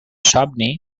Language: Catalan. somni